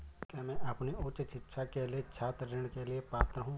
क्या मैं अपनी उच्च शिक्षा के लिए छात्र ऋण के लिए पात्र हूँ?